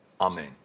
Amen